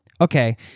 Okay